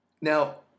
Now